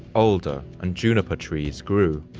alder, and juniper trees grew,